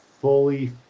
fully